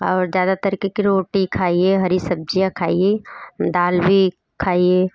और ज़्यादातर के कि रोटी खाइए हरी सब्ज़ियाँ खाइए दाल भी खाइए